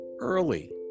early